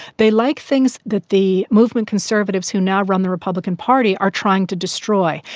they like things that the movement conservatives who now run the republican party are trying to destroy,